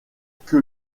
que